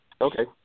Okay